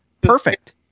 perfect